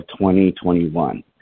2021